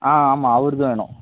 ஆ ஆமாம் அவருதும் வேணும்